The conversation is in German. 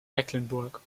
mecklenburg